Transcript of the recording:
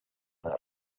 there